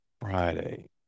Friday